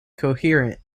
coherent